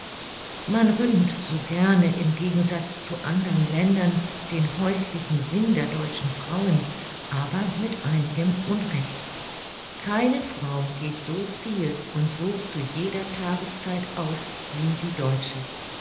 man rühmt so gerne im gegensatz zu andern ländern den häuslichen sinn der deutschen frauen aber mit einigem unrecht keine frau geht so viel und so zu jeder tageszeit aus wie die deutsche